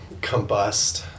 combust